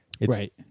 Right